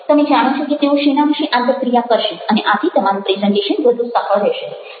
તમે જાણો છો કે તેઓ શેના વિશે આંતરક્રિયા કરશે અને આથી તમારું પ્રેઝન્ટેશન વધુ સફળ રહેશે